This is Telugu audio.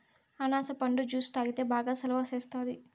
అనాస పండు జ్యుసు తాగితే బాగా సలవ సేస్తాది